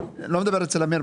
אני לא מדבר אצל אמיר דהן,